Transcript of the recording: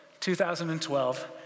2012